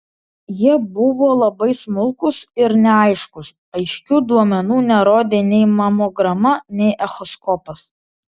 jie buvo labai smulkūs ir neaiškūs aiškių duomenų nerodė nei mamograma nei echoskopas